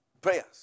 Prayers